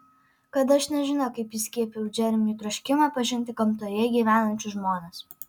kad aš nežinia kaip įskiepijau džeremiui troškimą pažinti gamtoje gyvenančius žmones